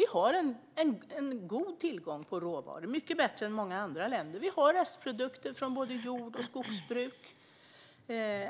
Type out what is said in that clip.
Vi har en god tillgång på råvaror. Den är mycket bättre än i många andra länder. Vi har restprodukter från både jord och skogsbruk.